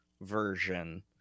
version